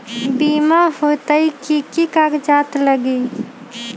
बिमा होई त कि की कागज़ात लगी?